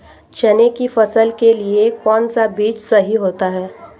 चने की फसल के लिए कौनसा बीज सही होता है?